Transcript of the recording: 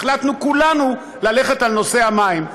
החלטנו כולנו ללכת על נושא המים.